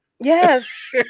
Yes